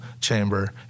chamber